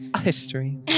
History